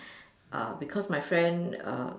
uh because my friend uh